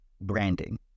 branding